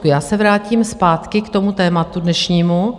Já se vrátím zpátky k tomu tématu dnešnímu.